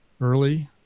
early